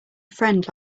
friend